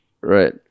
Right